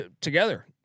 together